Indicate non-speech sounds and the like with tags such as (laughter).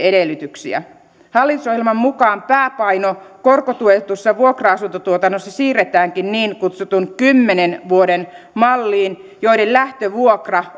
(unintelligible) edellytyksiä hallitusohjelman mukaan pääpaino korkotuetussa vuokra asuntotuotannossa siirretäänkin niin kutsuttuun kymmenen vuoden malliin jossa lähtövuokra (unintelligible)